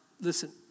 listen